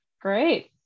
Great